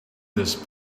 this